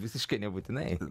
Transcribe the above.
visiškai nebūtinai